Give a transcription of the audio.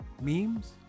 Memes